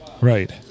Right